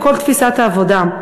בכל תפיסת העבודה.